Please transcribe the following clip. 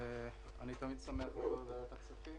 אני תמיד שמח להיות בוועדת הכספים,